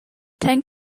tank